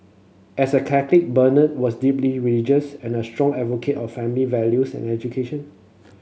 as a Catholic Bernard was deeply religious and a strong advocate of family values and education